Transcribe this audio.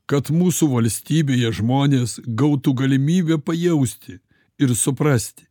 kad mūsų valstybėje žmonės gautų galimybę pajausti ir suprasti